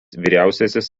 vyriausiasis